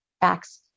facts